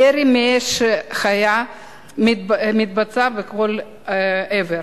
ירי של אש חיה מתבצע לכל עבר.